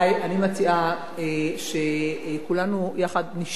אני מציעה שכולנו יחד נשאף